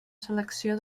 selecció